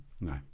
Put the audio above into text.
No